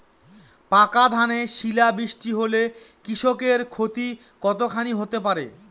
পাকা ধানে শিলা বৃষ্টি হলে কৃষকের ক্ষতি কতখানি হতে পারে?